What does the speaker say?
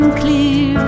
clear